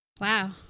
Wow